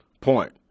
point